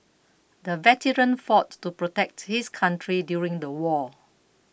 the veteran fought to protect his country during the war